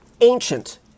ancient